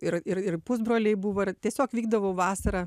ir ir pusbroliai buvo ir tiesiog vykdavo vasarą